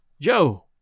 Joe